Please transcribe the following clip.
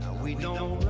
we know